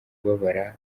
kubabara